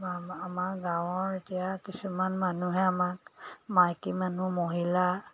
আমাৰ আমাৰ গাঁৱৰ এতিয়া কিছুমান মানুহে আমাক মাইকী মানুহ মহিলা